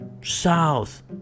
south